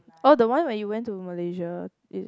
oh the one where you went to Malaysia is it